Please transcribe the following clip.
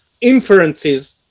inferences